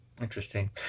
Interesting